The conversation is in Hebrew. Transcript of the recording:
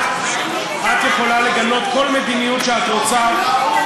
את יכולה לגנות כל מדיניות שאת רוצה,